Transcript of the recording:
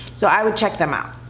so i would check them out.